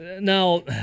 Now